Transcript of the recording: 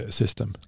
system